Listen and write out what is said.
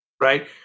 right